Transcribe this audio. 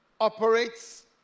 operates